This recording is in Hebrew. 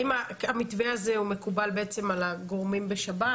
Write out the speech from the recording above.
האם המתווה הזה הוא מקובל בעצם על הגורמים בשב"ס?